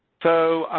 so,